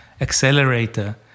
accelerator